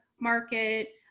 market